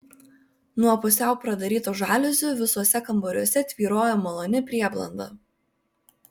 nuo pusiau pradarytų žaliuzių visuose kambariuose tvyrojo maloni prieblanda